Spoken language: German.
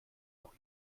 noch